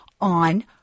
on